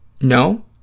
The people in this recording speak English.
No